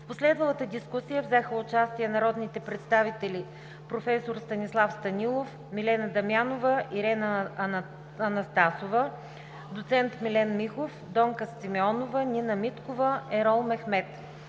В последвалата дискусия взеха участие народните представители: проф. Станислав Станилов, Милена Дамянова, Ирена Анастасова, доц. Милен Михов, Донка Симеонова, Нина Миткова, Ерол Мехмед.